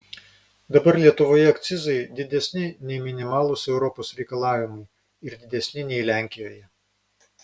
dabar lietuvoje akcizai didesni nei minimalūs europos reikalavimai ir didesni nei lenkijoje